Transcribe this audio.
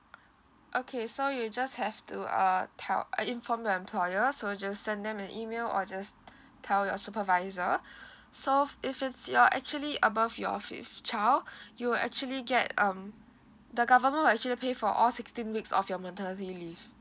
okay so you just have to err tell uh inform your employer so just send them an email or just tell your supervisor so if it's your actually above your fifth child you will actually get um the government will actually pay for all sixteen weeks of your maternity leave